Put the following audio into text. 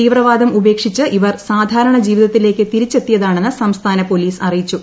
തീവ്രവാദം ഉപേക്ഷിച്ച് ഇവർ സാധാരണജീവിതത്തിലേക്ക് തിരിച്ചെത്തിയതാണെന്ന് സംസ്ഥാന പൊലീസ് അറിയിച്ചു